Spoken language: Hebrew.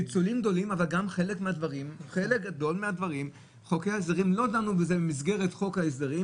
פיצולים גדולים אבל בחלק גדול מהדברים לא דנו בזה במסגרת חוק ההסדרים,